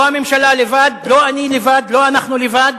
לא הממשלה לבד, לא אני לבד, לא אנחנו לבד.